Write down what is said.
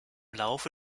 laufe